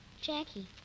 Jackie